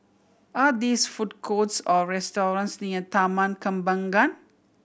are this food courts or restaurants near Taman Kembangan